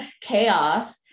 chaos